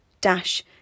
dash